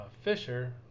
Fisher